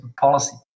policy